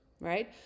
right